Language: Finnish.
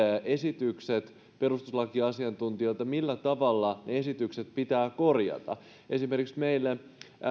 esitykset perustuslakiasiantuntijoilta millä tavalla ne esitykset pitää korjata esimerkiksi meillä